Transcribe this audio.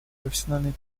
профессиональной